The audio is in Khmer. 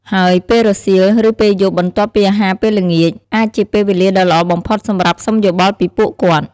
ហើយពេលរសៀល ឬពេលយប់បន្ទាប់ពីអាហារពេលល្ងាច អាចជាពេលវេលាដ៏ល្អបំផុតសម្រាប់សុំយោបល់ពីពួកគាត់។